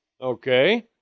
Okay